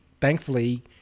thankfully